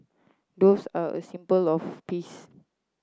doves are a symbol of peace